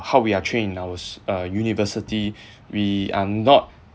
how we are trained in ours uh university we are not